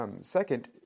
second